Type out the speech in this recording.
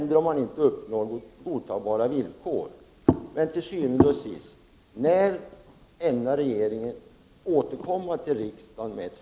Det är mycket angeläget.